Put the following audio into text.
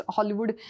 Hollywood